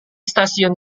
stasiun